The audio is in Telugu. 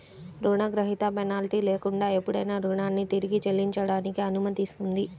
రుణగ్రహీత పెనాల్టీ లేకుండా ఎప్పుడైనా రుణాన్ని తిరిగి చెల్లించడానికి అనుమతిస్తుంది